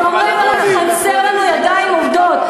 ממסעדנות, ואומרים: חסרות לנו ידיים עובדות.